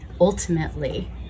ultimately